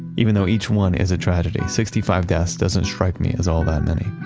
even though each one is a tragedy, sixty five deaths doesn't strike me as all that many.